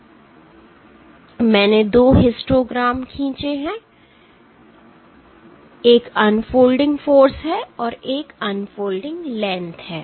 इसलिए मैंने 2 हिस्टोग्राम्स खींचे हैं एक अनफोल्डिंग फोर्स है और एक अनफोल्डिंग लेंथ है